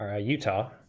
Utah